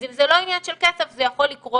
אז אם זה לא עניין של כסף זה יכול לקרות